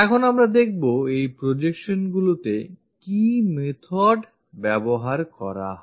এখন আমরা দেখব এই projectionগুলিতে কি method ব্যবহার করা হয়